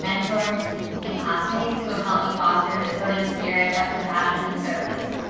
mentors, and classmates who have helped me foster this ho din spirit of compassion and service.